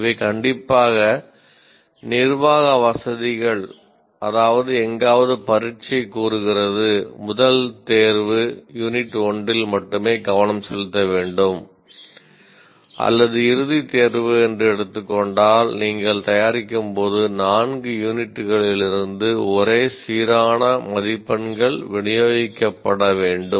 இவை கண்டிப்பாக நிர்வாக வசதிகள் அதாவது எங்காவது பரீட்சை கூறுகிறது முதல் தேர்வு யூனிட் 1 இல் மட்டுமே கவனம் செலுத்த வேண்டும் அல்லது இறுதித் தேர்வு என்று எடுத்துக்கொண்டால் நீங்கள் தயாரிக்கும் போது 4 யூனிட்களிலிருந்து ஒரே சீரான மதிப்பெண்கள் விநியோகிக்கப்பட வேண்டும்